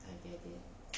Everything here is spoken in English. I get it